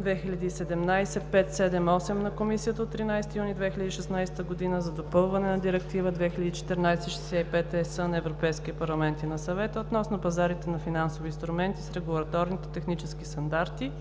2017/578 на Комисията от 13 юни 2016 г. за допълване на Директива 2014/65/ЕС на Европейския парламент и на Съвета относно пазарите на финансови инструменти с регулаторните технически стандарти,